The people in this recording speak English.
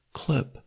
clip